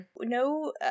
No –